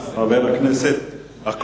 כל מה שאתם עשיתם אנחנו לא נעשה.